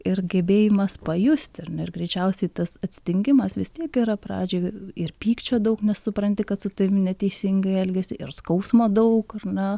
ir gebėjimas pajusti ar ne ir greičiausiai tas atsidengimas vis tiek yra pradžioj ir pykčio daug nes supranti kad su tavim neteisingai elgiasi ir skausmo daug ar na